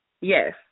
Yes